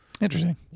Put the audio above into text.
interesting